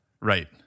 Right